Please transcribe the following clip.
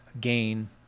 gain